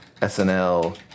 SNL